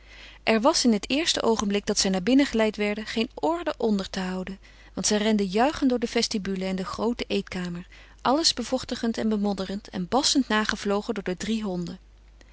er was in het eerste oogenblik dat zij naar binnen geleid werden geen orde onder te houden want zij renden juichend door de vestibule en de groote eetkamer alles bevochtigend en bemodderend en bassend nagevlogen door de drie honden